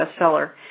bestseller